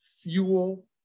fuel